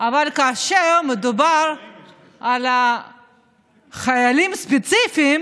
אבל כאשר מדובר על חיילים ספציפיים